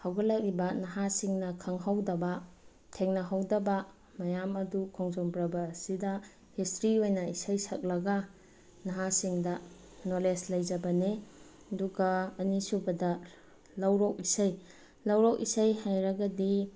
ꯍꯧꯒꯠꯂꯛꯂꯤꯕ ꯅꯍꯥꯁꯤꯡꯅ ꯈꯪꯍꯧꯗꯕ ꯊꯦꯡꯅꯍꯧꯗꯕ ꯃꯌꯥꯝ ꯑꯗꯨ ꯈꯣꯡꯖꯣꯝ ꯄꯔꯕ ꯑꯁꯤꯗ ꯍꯤꯁꯇ꯭ꯔꯤ ꯑꯣꯏꯅ ꯏꯁꯩ ꯁꯛꯂꯒ ꯅꯍꯥꯁꯤꯡꯗ ꯅꯣꯂꯦꯖ ꯂꯩꯖꯕꯅꯤ ꯑꯗꯨꯒ ꯑꯅꯤ ꯁꯨꯕꯗ ꯂꯧꯔꯣꯛ ꯏꯁꯩ ꯂꯧꯔꯣꯛ ꯏꯁꯩ ꯍꯥꯏꯔꯒꯗꯤ